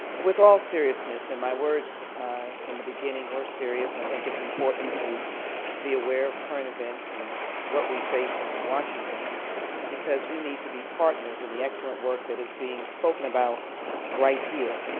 with all seriousness, and my words in the beginning were serious. i think it's important to be aware of current events and what we face in washington because we need to be partners in the excellent work that is being spoken about right here.